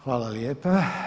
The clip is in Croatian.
Hvala lijepa.